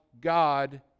God